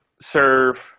Serve